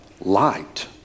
light